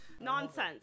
Nonsense